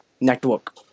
network